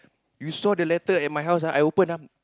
you saw that letter at my house ah I open up